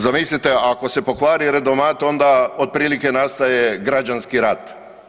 Zamislite ako se pokvari redomat onda otprilike nastaje građanski rat.